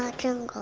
can